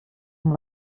amb